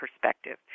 perspective